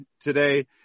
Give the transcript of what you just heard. today